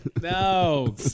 No